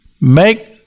make